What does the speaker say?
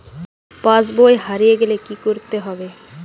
পাশবই হারিয়ে গেলে কি করতে হবে?